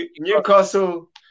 Newcastle